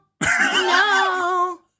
No